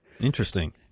Interesting